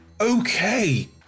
Okay